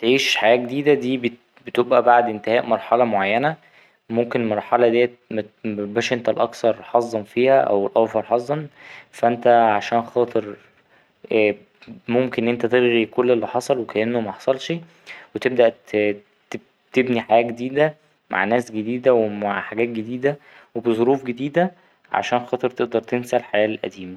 تعيش حياة جديدة دي بتوبقى بعد إنتهاء مرحلة معينة ممكن المرحلة دي متـ ـ متبقاش إنت الأكثر حظا فيها أو الأوفر حظا فا أنت عشان خاطر ممكن إن أنت تلغي كل اللي حصل وكأنه محصلشي وتبدأ تـ ـ تبـ ـ تبني حياة جديدة مع ناس جديدة ومع حاجات جديدة وبظروف جديدة عشان خاطر تقدر تنسى الحياة القديمة.